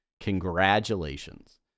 Congratulations